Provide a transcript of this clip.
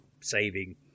saving